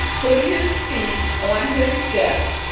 put his feet on his desk,